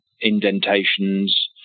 indentations